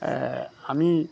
আমি